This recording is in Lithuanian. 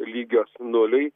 lygios nuliui